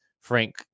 Frank